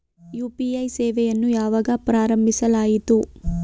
UPI ಸೇವೆಯನ್ನು ಯಾವಾಗ ಪ್ರಾರಂಭಿಸಲಾಯಿತು?